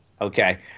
Okay